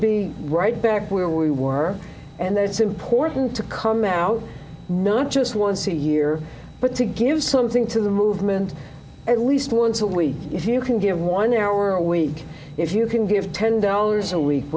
be right back where we were and then it's important to come out not just once a year but to give something to the movement at least once a week if you can give one hour a week if you can give ten dollars a week